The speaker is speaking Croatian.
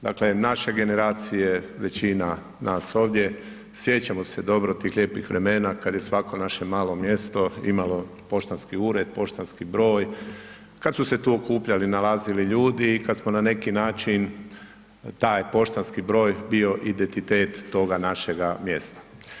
Dakle, naše generacije većina nas ovdje sjećamo se dobro tih lijepih vremena kad je svako naše malo mjesto imalo poštanski ured, poštanski broj, kad su ste u okupljali, nalazili ljudi i kad smo na neki način taj poštanski broj bio identitet toga našega mjesta.